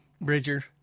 Bridger